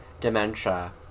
Dementia